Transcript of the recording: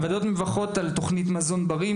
הוועדות מברכות על תוכנית מזון בריא,